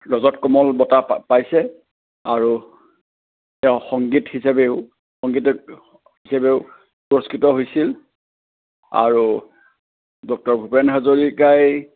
ৰজত কমল বঁটা পা পাইছে আৰু তেওঁ সংগীত হিচাপেও সংগীতজ্ঞ হিচাপেও পুৰস্কৃত হৈছিল আৰু ডক্তৰ ভূপেন হাজৰিকাই